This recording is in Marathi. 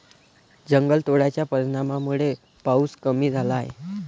जंगलतोडाच्या परिणामामुळे पाऊस कमी झाला आहे